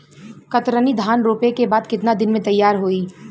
कतरनी धान रोपे के बाद कितना दिन में तैयार होई?